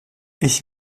ich